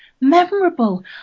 memorable